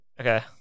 Okay